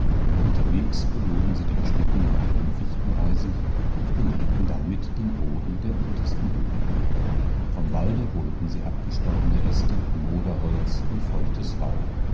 unterwegs beluden sie den schlitten mit dürrem fichtenreisig und belegten damit den boden der untersten höhle vom walde holten sie abgestorbene äste moderholz und feuchtes laub